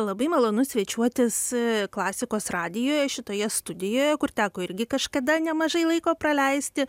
labai malonu svečiuotis klasikos radijuje šitoje studijoje kur teko irgi kažkada nemažai laiko praleisti